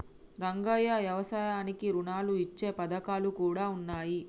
రంగయ్య యవసాయానికి రుణాలు ఇచ్చే పథకాలు కూడా ఉన్నాయి